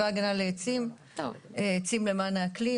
עצים למען האקלים.